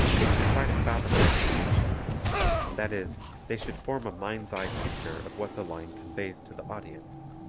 they should try to fathom the speech that is, they should form a mind's eye picture of what the line conveys to the audience.